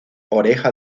oreja